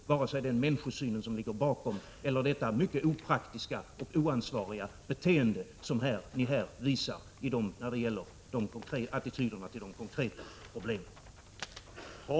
1986/87:74 ligger bakom eller detta mycket opraktiska och oansvariga beteende som ni — 18 februari 1987 visar när det gäller attityderna till de konkreta problemen. Ätglrdetiotnarkåt A